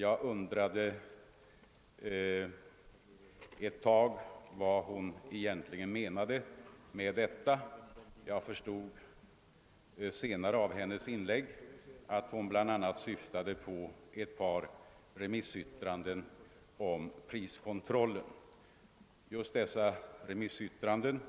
Jag undrade ett slag vad fru Nettelbrandt menade med detta, men jag förstod senare av hennes inlägg att hon bl.a. syftade på ett par remissyttranden om Ppriskontrollen. Just dessa remissytt randen